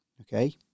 Okay